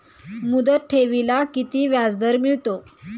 मुदत ठेवीला किती व्याजदर मिळतो?